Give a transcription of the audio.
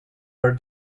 our